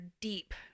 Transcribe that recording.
deep